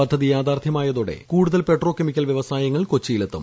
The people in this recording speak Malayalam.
പദ്ധതി യാഥാർത്ഥ്യമായതോടെ കൂടുതൽ പെട്രോ കെമിക്കൽ വ്യവസായങ്ങൾ കൊച്ചിയിലെത്തും